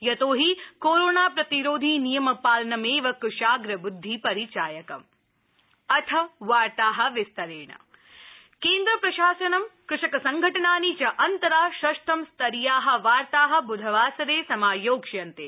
यतोहि कोरोना प्रतिरोधी नियमपालनमध्यकुशाग्रबुद्धि परिचायकम् फार्मर्स केन्द्र प्रशासनं कृषक संघटनानि च अन्तरा षष्ठम स्तरीया वार्ता बुधवासरे समायोक्ष्यन्ते